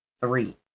three